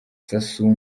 sassou